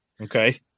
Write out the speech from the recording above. Okay